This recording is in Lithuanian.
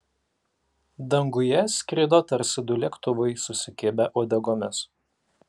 danguje skrido tarsi du lėktuvai susikibę uodegomis